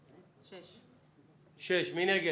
6 נגד,